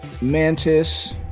Mantis